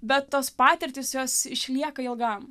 bet tos patirtys jos išlieka ilgam